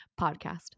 podcast